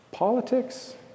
Politics